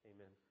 Amen